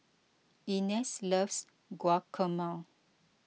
Ines loves Guacamole